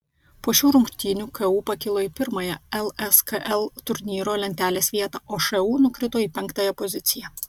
po šių rungtynių ku pakilo į pirmąją lskl turnyro lentelės vietą o šu nukrito į penktąją poziciją